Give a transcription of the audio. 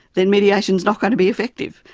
then mediation is not going to be effective.